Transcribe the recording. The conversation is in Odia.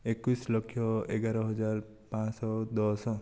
ଏକୋଇଶ ଲକ୍ଷ ଏଗାର ହଜାର ପାଞ୍ଚଶହ ଦଶ